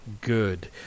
good